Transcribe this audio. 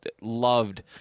loved